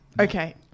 Okay